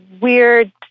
weird